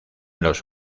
los